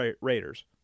Raiders